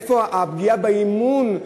למה הפגיעה באמון,